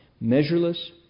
measureless